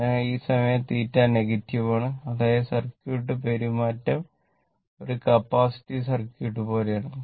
അതിനാൽ ഈ സമയം θ നെഗറ്റീവ് ആണ് അതായത് സർക്യൂട്ട് പെരുമാറ്റം ഒരു കപ്പാസിറ്റീവ് സർക്യൂട്ട് പോലെയാണ്